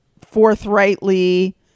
forthrightly